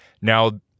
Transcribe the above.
Now